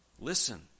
listen